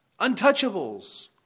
untouchables